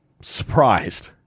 surprised